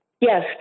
Yes